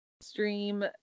stream